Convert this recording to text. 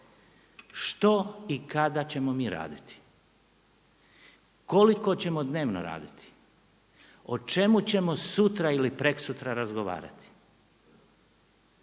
što i kada ćemo mi raditi, koliko ćemo dnevno raditi, o čemu ćemo sutra ili prekosutra razgovarati,